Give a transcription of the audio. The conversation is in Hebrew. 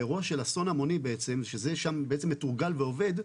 באירוע של אסון המוני, שזה שם בעצם מתורגל ועובד,